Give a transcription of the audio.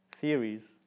theories